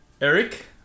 Eric